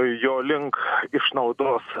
jo link išnaudos